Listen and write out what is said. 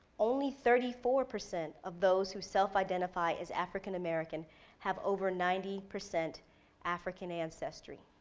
only thirty four percent of those who self identify as african american have over ninety percent african ancestry.